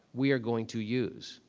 we are going to use?